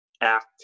act